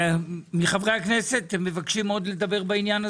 מחברי הכנסת אתם מבקשים עוד לדבר בעניין הזה?